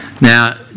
Now